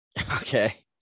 Okay